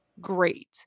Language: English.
great